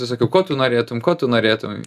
visokių ko tu norėtum ko tu norėtum